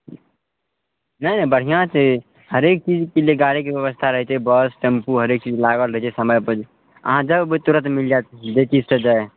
नहि नहि बढ़िऑं छै हरेक चीजके लिए गारीके व्यवस्था रहै छै बस टेम्पू हरेक चीज लागल रहै छै समयपर अहाँ जाउ बस तुरन्त मिल जायत जे चीज सऽ जाय